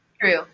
True